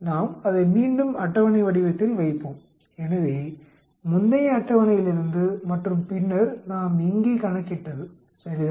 நாம் அதை மீண்டும் அட்டவணை வடிவத்தில் வைப்போம் எனவே முந்தைய அட்டவணையிலிருந்து மற்றும் பின்னர் நாம் இங்கே கணக்கிட்டது சரிதானே